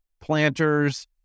Planters